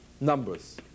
numbers